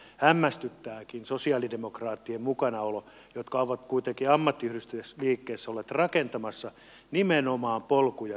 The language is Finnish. hämmästyttääkin sosialidemokraattien mukanaolo jotka ovat kuitenkin ammattiyhdistysliikkeessä olleet rakentamassa nimenomaan polkuja työstä työhön